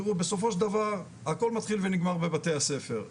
תראו בסופו של דבר הכל מתחיל ונגמר בבתי-הספר.